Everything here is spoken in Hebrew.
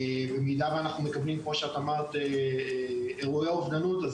במידה ואנחנו מקבלים אירועי אובדנות,